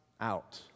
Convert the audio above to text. out